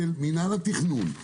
של מינהל התכנון,